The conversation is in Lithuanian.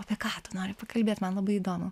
apie ką tu nori pakalbėt man labai įdomu